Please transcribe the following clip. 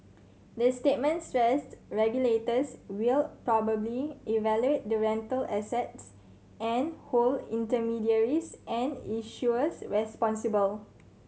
the statement stressed regulators will properly evaluate the rental assets and hold intermediaries and issuers responsible